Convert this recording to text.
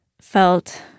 felt